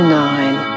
nine